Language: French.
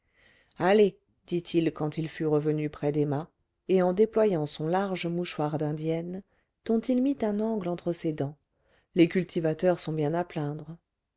allez dit-il quand il fut revenu près d'emma et en déployant son large mouchoir d'indienne dont il mit un angle entre ses dents les cultivateurs sont bien à plaindre